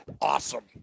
awesome